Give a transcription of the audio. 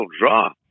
draw